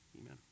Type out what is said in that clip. amen